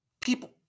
people